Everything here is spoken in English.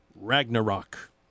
Ragnarok